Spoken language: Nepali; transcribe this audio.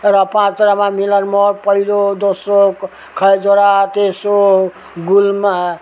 र पाँचवटामा मिलान मोड पहिलो दोस्रो खैजरा तेस्रो गुल्मा